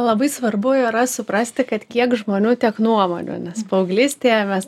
labai svarbu yra suprasti kad kiek žmonių tiek nuomonių nes paauglystėje mes